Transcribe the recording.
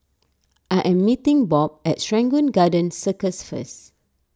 I am meeting Bob at Serangoon Garden Circus first